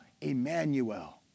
Emmanuel